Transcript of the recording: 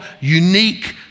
unique